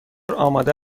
آماده